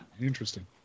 Interesting